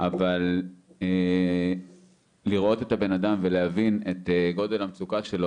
אבל לראות את הבן אדם ולהבין את גודל המצוקה שלו